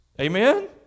Amen